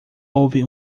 houve